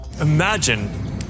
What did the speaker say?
Imagine